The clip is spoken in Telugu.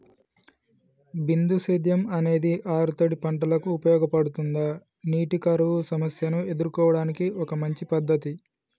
బిందు సేద్యం అనేది ఆరుతడి పంటలకు ఉపయోగపడుతుందా నీటి కరువు సమస్యను ఎదుర్కోవడానికి ఒక మంచి పద్ధతి?